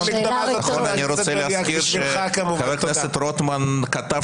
אני רוצה להזכיר שחבר הכנסת רוטמן כתב